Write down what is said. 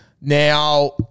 Now